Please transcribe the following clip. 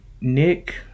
Nick